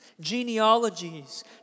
genealogies